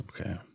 Okay